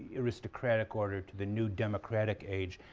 aristocratic order to the new democratic age,